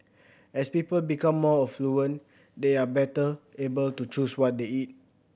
as people become more affluent they are better able to choose what they eat